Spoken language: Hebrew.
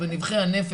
וזה הדבר היחיד